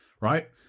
right